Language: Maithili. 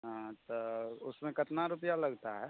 हँ तऽ उसमे कितना रुपआ लगता है